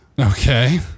Okay